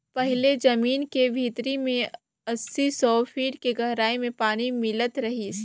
पहिले जमीन के भीतरी में अस्सी, सौ फीट के गहराई में पानी मिलत रिहिस